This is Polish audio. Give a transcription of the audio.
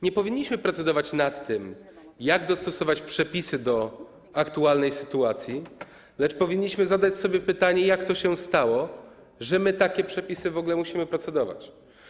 Nie powinniśmy procedować nad tym, jak dostosować przepisy do aktualnej sytuacji, lecz powinniśmy zadać sobie pytanie, jak to się stało, że my nad takimi przepisami w ogóle musimy procedować.